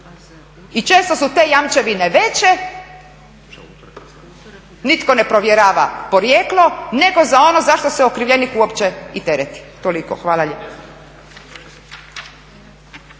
I često su te jamčevine veće, nitko ne provjerava porijeklo nego za ono za što se okrivljenik uopće i tereti, toliko. Hvala lijepa.